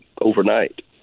overnight